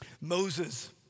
Moses